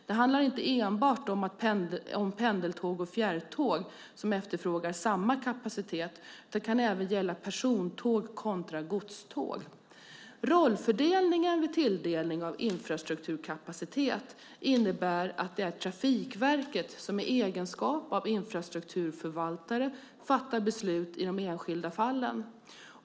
Det handlar inte enbart om att pendeltåg och fjärrtåg efterfrågar samma kapacitet, utan det kan även gälla persontåg kontra godståg. Rollfördelningen vid tilldelning av infrastrukturkapacitet innebär att det är Trafikverket som i egenskap av infrastrukturförvaltare fattar beslut i de enskilda fallen.